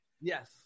Yes